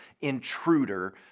intruder